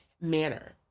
manner